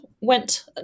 went